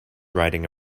riding